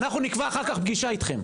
אנחנו נקבע אחר כך פגישה איתכם.